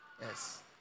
Yes